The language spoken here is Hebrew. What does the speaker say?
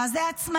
מה זה עצמאי,